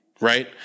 Right